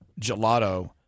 gelato